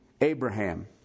Abraham